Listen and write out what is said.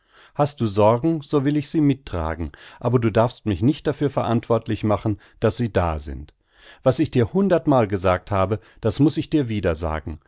hast du sorgen so will ich sie mittragen aber du darfst mich nicht dafür verantwortlich machen daß sie da sind was ich dir hundert mal gesagt habe das muß ich dir wieder sagen